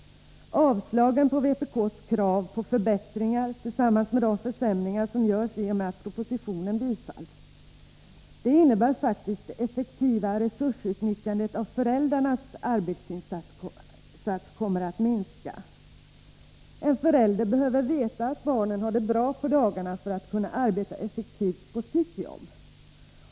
Avslag på vpk:s krav på förbättringar tillsammans med de försämringar som görs i och med ett bifall till propositionen innebär faktiskt att det effektiva resursutnyttjandet när det gäller föräldrarnas arbetsinsats kommer att minska. En förälder behöver veta att barnet har det bra på dagarna för att kunna arbeta effektivt på sitt jobb.